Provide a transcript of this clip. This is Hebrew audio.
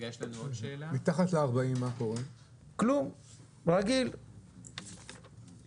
מה קורה בערים בהן המספר הוא